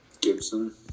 Gibson